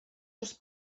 dros